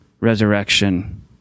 resurrection